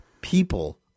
people